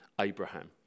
Abraham